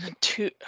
two